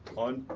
on